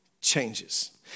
changes